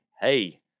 hey